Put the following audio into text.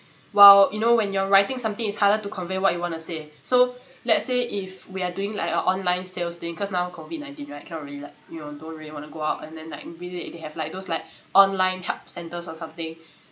while you know when you're writing something it's harder to convey what you want to say so let's say if we're doing like a online sales thing cause now COVID nineteen right cannot really like you know don't really want to go out and then like really they have like those online help centres or something